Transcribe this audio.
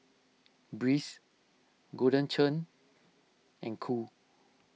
Breeze Golden Churn and Qoo